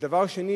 ודבר שני,